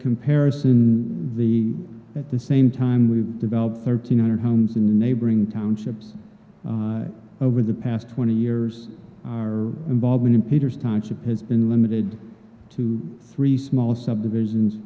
comparison the at the same time we've developed thirteen hundred homes in the neighboring townships over the past twenty years our involvement in peter's timeship has been limited to three small subdivisions